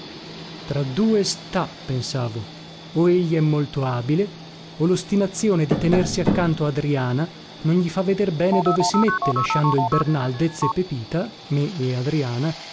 tra due sta pensavo o egli è molto abile o lostinazione di tenersi accanto adriana non gli fa veder bene dove si mette lasciando il bernaldez e pepita me e adriana